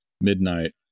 Midnight